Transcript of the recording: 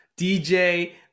DJ